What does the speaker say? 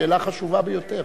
זו שאלה חשובה ביותר.